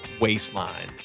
waistline